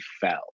fell